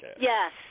Yes